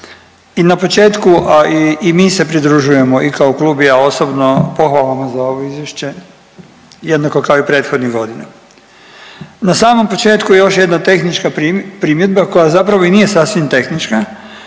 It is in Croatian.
i na početku i mi se pridružujemo i kao klub i ja osobno pohvalama za ovo izvješće, jednako kao i prethodnih godina. Na samom početku još jedna tehnička primjedba koja zapravo i nije sasvim tehnička,